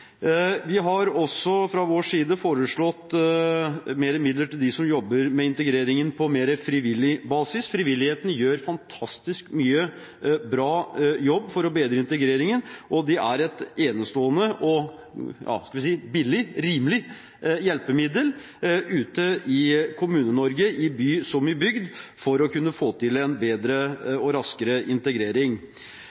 Vi har også fra vår side foreslått mer midler til dem som jobber med integreringen på mer frivillig basis. Frivilligheten gjør fantastisk mye bra jobb for å bedre integreringen, og de er et enestående og – skal vi si – rimelig hjelpemiddel ute i Kommune-Norge, i by som i bygd, for å kunne få til en bedre